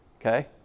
Okay